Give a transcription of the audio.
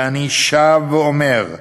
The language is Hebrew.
ואני שב ואומר: